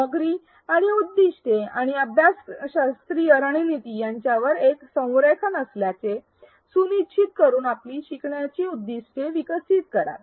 सामग्री आणि उद्दीष्टे आणि अध्यापनशास्त्रीय रणनीती यांच्यात एक संरेखन असल्याचे सुनिश्चित करून आपण शिकण्याची उद्दीष्टे विकसित कराल